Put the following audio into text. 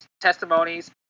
testimonies